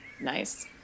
nice